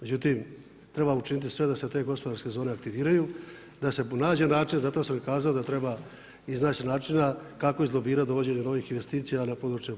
Međutim, treba učiniti sve da se te gospodarske zone aktiviraju, da se nađe način, zato sam i kazao da treba iznaći načina kako izlobirati dovođenje novih investicija na područje RH.